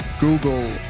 Google